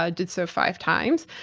ah did so five times.